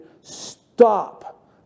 stop